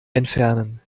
entfernen